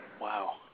Wow